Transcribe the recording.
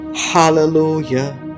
Hallelujah